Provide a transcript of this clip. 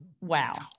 Wow